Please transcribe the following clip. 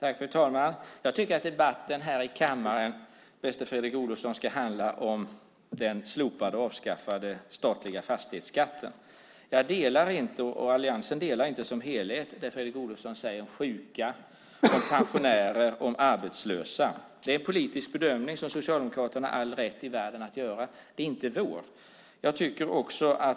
Fru talman! Jag tycker att debatten här i kammaren, bäste Fredrik Olovsson, ska handla om den slopade och avskaffade statliga fastighetsskatten. Jag och alliansen som helhet delar inte det Fredrik Olovsson säger om sjuka, pensionärer och arbetslösa. Det är en politisk bedömning som Socialdemokraterna har all rätt i världen att göra. Den är inte vår.